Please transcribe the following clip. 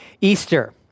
Easter